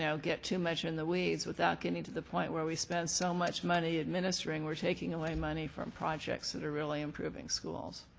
so get too much in the weeds without getting to the point where we spend so much money administering we're taking away money from projects that are really improving schools.